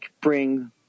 bring